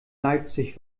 leipzig